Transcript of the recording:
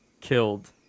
killed